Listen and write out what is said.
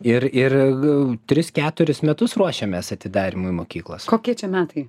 ir ir tris keturis metus ruošėmės atidarymui mokyklos kokie čia metai